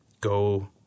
go